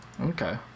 okay